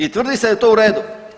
I tvrdili se da je to u redu.